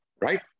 Right